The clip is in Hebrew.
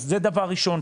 זה דבר ראשון.